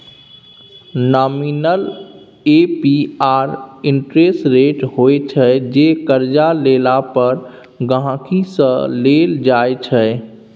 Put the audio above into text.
nominal APR interest rate होइ छै जे करजा लेला पर गांहिकी सँ लेल जाइ छै